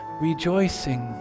rejoicing